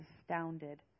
astounded